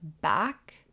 back